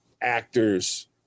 actors